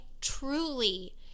truly